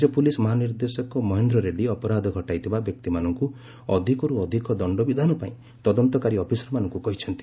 ରାଜ୍ୟ ପୁଲିସ୍ ମହାନିର୍ଦ୍ଦୋକ ମହେନ୍ଦ୍ର ରେଡ୍ରୀ ଅପରାଧ ଘଟାଇଥିବା ବ୍ୟକ୍ତିମାନଙ୍କୁ ଅଧିକରୁ ଅଧିକ ଦଶ୍ଡ ବିଧାନପାଇଁ ତଦନ୍ତକାରୀ ଅଫିସରମାନଙ୍କୁ କହିଛନ୍ତି